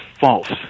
false